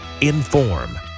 Inform